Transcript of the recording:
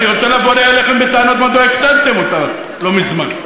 אני רוצה לבוא אליכם בטענות מדוע הקטנתם אותה לא מזמן.